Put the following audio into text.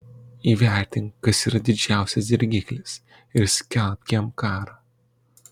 įvertink kas yra didžiausias dirgiklis ir skelbk jam karą